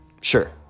Sure